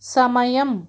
సమయం